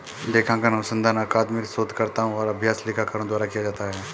लेखांकन अनुसंधान अकादमिक शोधकर्ताओं और अभ्यास लेखाकारों द्वारा किया जाता है